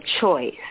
choice